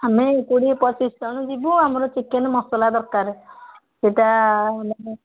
ଆମେ କୋଡ଼ିଏ ପଚିଶ ଜଣ ଯିବୁ ଆମର ଚିକେନ ମସଲା ଦରକାର ସେଇଟା